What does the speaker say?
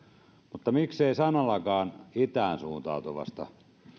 miksi ei sanallakaan itään suuntautuvasta